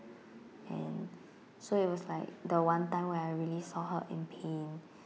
and so it was like the one time where I really saw her in pain